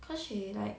cause she like